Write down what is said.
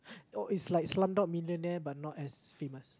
oh it's like Slumdog-Millionaire but not as famous